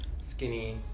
skinny